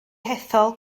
hethol